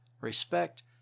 respect